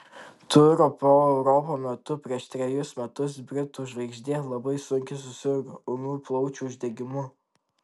turo po europą metu prieš trejus metus britų žvaigždė labai sunkiai susirgo ūmiu plaučių uždegimu